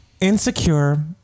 Insecure